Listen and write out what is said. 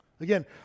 Again